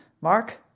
Mark